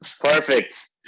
perfect